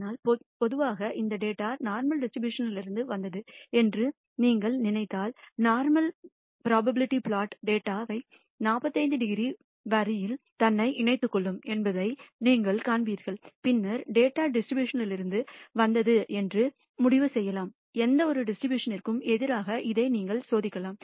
ஆனால் பொதுவாக இந்த டேட்டா நோர்மல் டிஸ்ட்ரிபியூஷன் த்திலிருந்து வந்தது என்று நீங்கள் நினைத்தால் normal probability plot data 45 degree வரியில் தன்னை இணைத்துக் கொள்ளும் என்பதை நீங்கள் காண்பீர்கள் பின்னர் டேட்டா டிஸ்ட்ரிபியூஷன் லிருந்து வந்தது என்று என்று முடிவு செய்யலாம் எந்தவொரு டிஸ்ட்ரிபியூஷன் ற்கும் எதிராக இதை நீங்கள் சோதிக்கலாம்